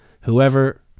whoever